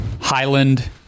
Highland